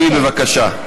בבקשה.